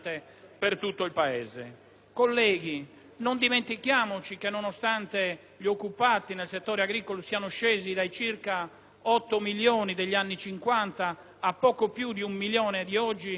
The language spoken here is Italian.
Colleghi, non dimentichiamoci che, nonostante gli occupati nel settore agricolo siano scesi dai circa 8 milioni degli anni Cinquanta al poco più di un milione di oggi, il nostro sistema